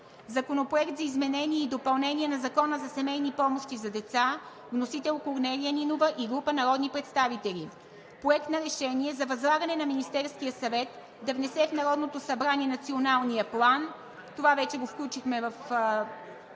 Законопроект за изменение и допълнение на Закона за семейните помощи за деца. Внесен е от Корнелия Нинова и група народни представители. Проект на решение за възлагане на Министерския съвет да внесе в Народното събрание Националния план – това вече го включихме в